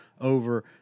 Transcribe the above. over